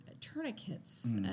tourniquets